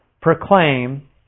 proclaim